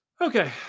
Okay